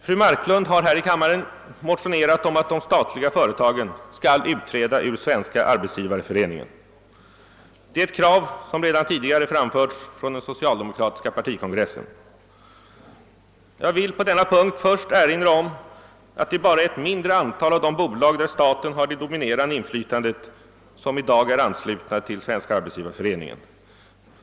Fru Marklund har här i kammaren motionerat om att de statliga företagen skall utträda ur Svenska arbetgivareföreningen. Detta är ett krav som redan tidigare framförts från den socialdemokratiska partikongressen. Jag vill på denna punkt erinra om att det bara är ett mindre antal av de bolag där staten har det dominerande inflytandet som i dag är anslutna till Svenska arbetsgivareföreningen.